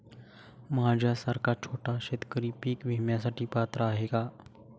माझ्यासारखा छोटा शेतकरी पीक विम्यासाठी पात्र आहे का?